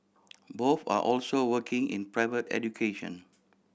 both are also working in private education